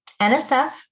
NSF